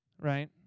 right